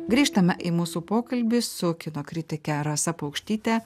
grįžtame į mūsų pokalbį su kino kritike rasa paukštyte